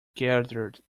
gathered